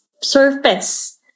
surface